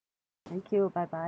thank you bye bye